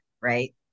right